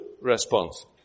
response